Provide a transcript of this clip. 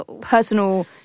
personal